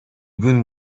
күн